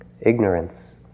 Ignorance